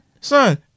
Son